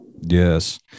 Yes